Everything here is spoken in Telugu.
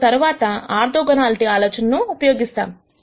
మనము తర్వాత ఆర్థోగొనాలిటీ ఆలోచనను ఉపయోగిస్తాము